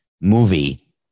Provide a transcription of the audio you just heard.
movie